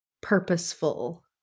purposeful